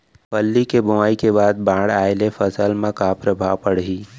फल्ली के बोआई के बाद बाढ़ आये ले फसल मा का प्रभाव पड़ही?